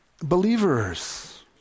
Believers